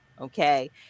Okay